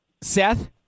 Seth